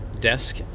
desk